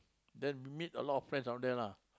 then meet a lot of friends down there lah